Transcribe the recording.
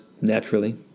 naturally